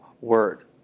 word